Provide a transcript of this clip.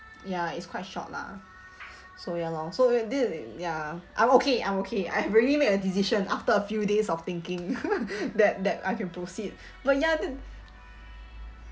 ya it's quite short lah so ya lor so it this ya I'm okay I'm okay I really made a decision after a few days of thinking that that I can proceed but ya the